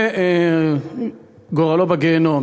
וגורלו בגיהינום.